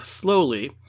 slowly